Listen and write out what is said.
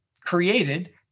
created